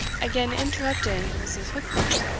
again interrupted mrs. heukbane,